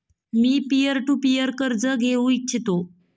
me peer to peer कर्ज घेऊ इच्छितो